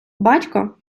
батько